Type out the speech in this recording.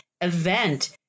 event